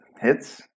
hits